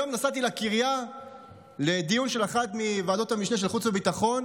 היום נסעתי לקריה לדיון של אחת מוועדות המשנה של חוץ וביטחון,